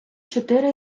чотири